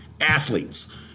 athletes